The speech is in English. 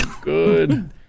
good